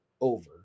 over